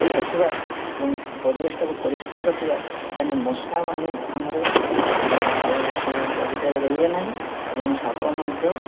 ରଖିବା ଏବଂ ପରିବେଶଟାକୁ ପରିଷ୍କାର ରଖିବା ତା'ହେଲେ ମଶାମାନେ ଆମର ଆଉ ସେ ବଗିଚାରେ ରହିବେ ନାହିଁ ଏବଂ ସାପ ମଧ୍ୟ